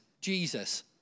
Jesus